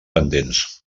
pendents